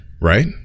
Right